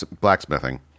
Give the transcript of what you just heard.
blacksmithing